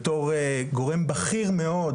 בתור גורם בכיר מאוד,